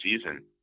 season